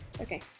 Okay